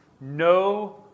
No